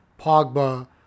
Pogba